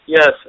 Yes